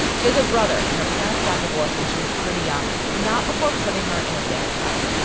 she has a brother and her parents got divorced when she was pretty young, but not before putting her in a dance class,